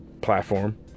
platform